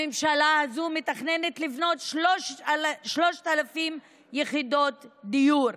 הממשלה הזו מתכננת לבנות 3,000 יחידות דיור